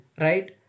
right